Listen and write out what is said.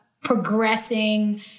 progressing